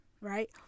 right